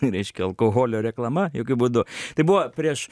reiškia alkoholio reklama jokiu būdu tai buvo prieš